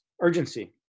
urgency